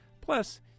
Plus